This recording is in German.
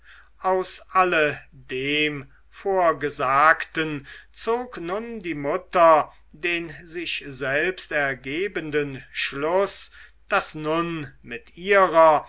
aus alle dem vorgesagten zog nun die mutter den sich selbst ergebenden schluß daß nun mit ihrer